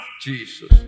Jesus